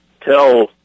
tell